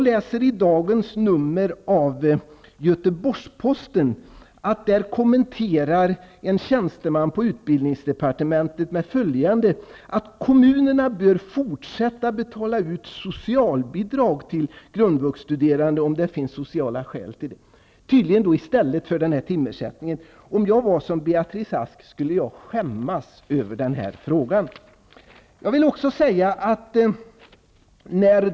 I dagens nummer av Göteborgs-Posten kommenterar en tjänsteman på utbildningsdepartementet att kommunerna bör fortsätta att betala ut socialbidrag till grundvuxstuderande om det finns sociala skäl till det. Det skall tydligen vara i stället för timersättningen. Om jag var Beatrice Ask skulle jag skämmas över den här frågan.